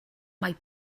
might